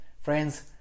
Friends